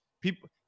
people